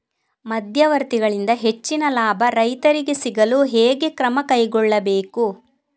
ಮಧ್ಯವರ್ತಿಗಳಿಂದ ಹೆಚ್ಚಿನ ಲಾಭ ರೈತರಿಗೆ ಸಿಗಲು ಹೇಗೆ ಕ್ರಮ ಕೈಗೊಳ್ಳಬೇಕು?